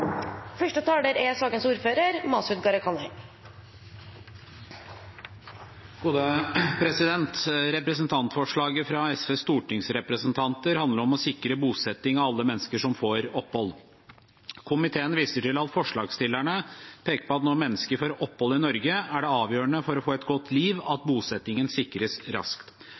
Representantforslaget fra SVs stortingsrepresentanter handler om å sikre bosetting av alle mennesker som får opphold. Komiteen viser til at forslagsstillerne peker på at når mennesker får opphold i Norge, er det avgjørende for å få et godt liv at bosettingen sikres raskt.